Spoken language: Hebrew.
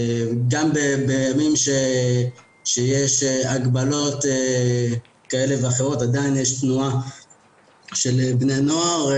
גם בימים שיש הגבלות כאלה ואחרות עדיין יש תנועה של בני נוער.